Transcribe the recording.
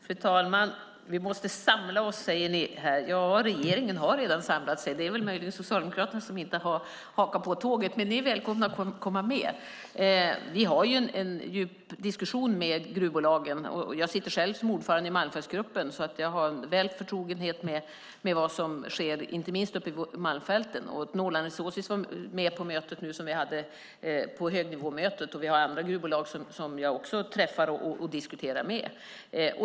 Fru talman! Vi måste samla oss, säger ni. Ja, regeringen har redan samlat sig. Det är möjligen Socialdemokraterna som inte har hakat på tåget. Men ni är välkomna att komma med. Vi har en djup diskussion med gruvbolagen. Jag sitter själv som ordförande i Malmfältsgruppen, så jag är väl förtrogen med vad som sker, inte minst uppe i Malmfälten. Vi hade med Northland Resources med på högnivåmötet, och det finns också andra gruvbolag som jag träffar och diskuterar med.